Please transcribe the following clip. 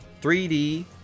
3d